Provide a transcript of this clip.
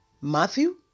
Matthew